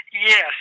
Yes